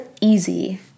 easy